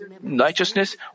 righteousness